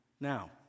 now